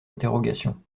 interrogation